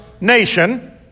nation